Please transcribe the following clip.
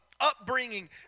upbringing